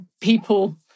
people